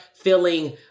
feeling